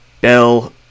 Bell